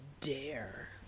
dare